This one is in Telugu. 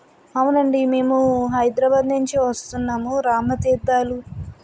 అవునండి మేము హైదరాబాద్ నుం చి వస్తున్నాము రామ తీర్థాలు